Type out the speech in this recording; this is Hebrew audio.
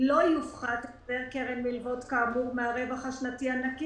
לא יופחת החזר קרן מילוות כאמור מהרווח השנתי הנקי